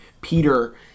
Peter